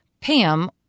Pam